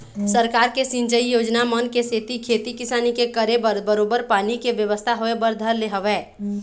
सरकार के सिंचई योजना मन के सेती खेती किसानी के करे बर बरोबर पानी के बेवस्था होय बर धर ले हवय